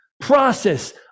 process